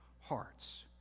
hearts